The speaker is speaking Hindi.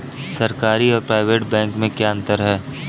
सरकारी और प्राइवेट बैंक में क्या अंतर है?